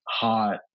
hot